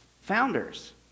founders